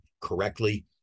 correctly